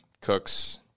Cooks